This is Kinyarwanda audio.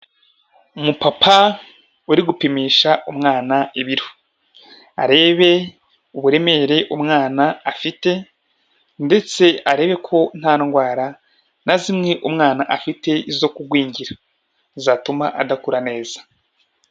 Umupapa uri gupimisha umwana ibiro arebe uburemere umwana afite, ndetse arebe ko nta ndwara na zimwe umwana afite zo kugwingira zatuma adakura neza.